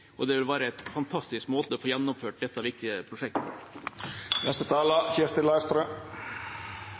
og det vil være en fantastisk måte å få gjennomført dette viktige prosjektet